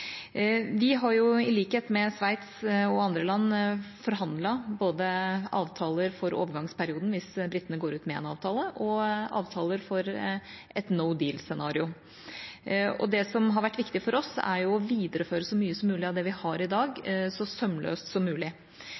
Vi har, i likhet med Sveits og andre land, forhandlet både avtaler for overgangsperioden hvis britene går ut med en avtale, og avtaler for et «no deal»-scenario. Det som har vært viktig for oss, har vært å videreføre så mye som mulig av det vi har i dag, så sømløst som mulig.